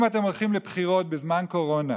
אם אתם הולכים לבחירות בזמן קורונה